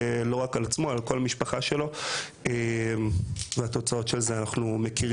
לא רק על עצמו אלא על כל המשפחה שלו ואת התוצאות של זה אנחנו מכירים.